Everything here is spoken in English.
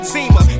Zima